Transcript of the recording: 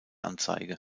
anzeige